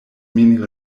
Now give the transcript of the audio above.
min